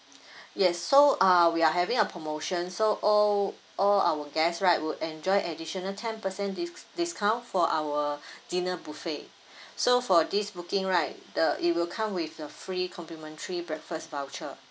yes so uh we are having a promotion so all all our guest right will enjoy additional ten percent dis~ discount for our dinner buffet so for this booking right the it will come with a free complimentary breakfast voucher